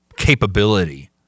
capability